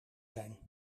zijn